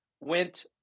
went